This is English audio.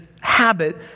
habit